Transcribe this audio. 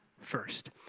first